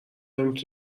نمی